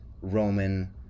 Roman